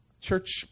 Church